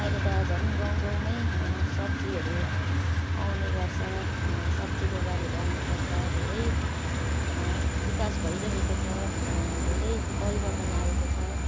अहिले त झन गाउँ गाउँमै सब्जीहरू आउने गर्छ सब्जीको गाडीहरू आउने गर्छ धेरै विकास भइरहेको छ धेरै परिवर्तन आएको छ